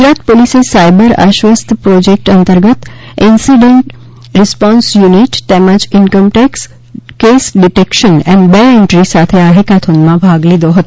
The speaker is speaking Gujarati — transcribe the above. ગુજરાત પોલીસે સાયબર આશ્વસ્ત પ્રોજેકટ અંતર્ગત ઇન્સીડન્ટ રિસ્પોન્સ યુનિટ તેમજ ઇન્કમટેક્ષ કેઇસ ડિટેકશન એમ બે એન્ટ્રી સાથે આ હેકાથીનમાં ભાગ લીધો હતો